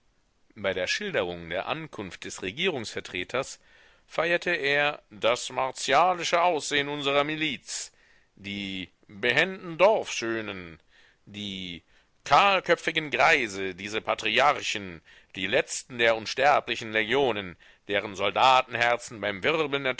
bei der schilderung der ankunft des regierungsvertreters feierte er das martialische aussehen unsrer miliz die behenden dorfschönen die kahlköpfigen greise diese patriarchen die letzten der unsterblichen legionen deren soldatenherzen beim wirbeln